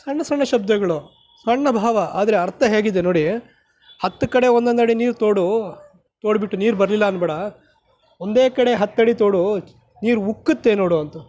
ಸಣ್ಣ ಸಣ್ಣ ಶಬ್ದಗಳು ಸಣ್ಣ ಭಾವ ಆದರೆ ಅರ್ಥ ಹೇಗಿದೆ ನೋಡಿ ಹತ್ತು ಕಡೆ ಒಂದೊಂದಡಿ ನೀರು ತೋಡು ತೋಡಿಬಿಟ್ಟು ನೀರು ಬರಲಿಲ್ಲ ಅನ್ನಬೇಡ ಒಂದೇ ಕಡೆ ಹತ್ತಡಿ ತೋಡು ನೀರು ಉಕ್ಕುತ್ತೆ ನೋಡು